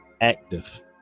active